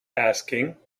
asking